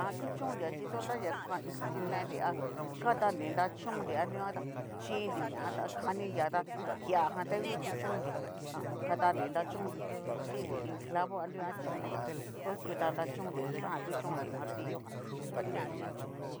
Ha kuchónria chí ñana chinenri a katanri nrachónnri a nuguan tá chinri ña tá kaninria tá, kiajan ta ngu nguchónnria ha a an. katanri nrachónnri, chinri iin clavo a nuguan chinritá okuta nrachonnri taxajan kuchónnri martillo jan u jum.